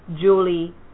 Julie